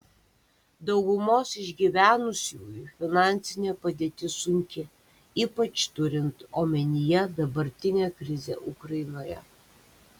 daugumos išgyvenusiųjų finansinė padėtis sunki ypač turint omenyje dabartinę krizę ukrainoje